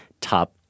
top